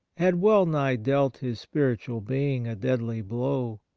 had well-nigh dealt his spiritual being a deadly blow.